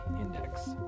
Index